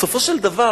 בסופו של דבר,